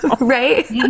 Right